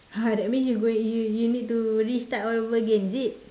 !huh! that means you going you you need to restart all over again is it